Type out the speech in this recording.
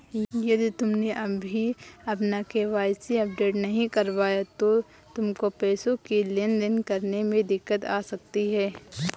यदि तुमने अभी अपना के.वाई.सी अपडेट नहीं करवाया तो तुमको पैसों की लेन देन करने में दिक्कत आ सकती है